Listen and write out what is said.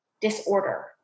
disorder